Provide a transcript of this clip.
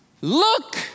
look